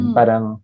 parang